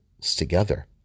together